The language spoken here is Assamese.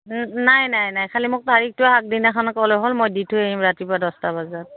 নাই নাই নাই খালি মোক তাৰিখটো আগদিনাখন ক'লে হ'ল মই দি থৈ আহিম ৰাতিপুৱা দহটা বজাত